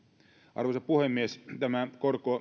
arvoisa puhemies tämä